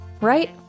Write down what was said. right